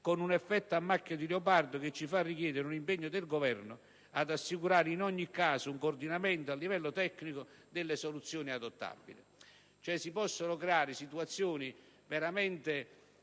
con un effetto a macchia di leopardo che ci fa richiedere un impegno del Governo ad assicurare in ogni caso un coordinamento, a livello tecnico, delle soluzioni adottabili. Si possono cioè creare situazioni pericolose: